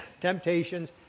temptations